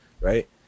right